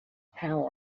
how